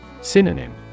Synonym